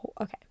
okay